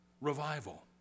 revival